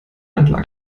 entlang